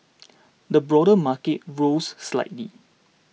the broader market rose slightly